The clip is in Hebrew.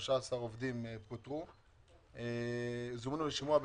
ש-13 עובדים זומנו לשימוע,